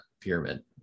pyramid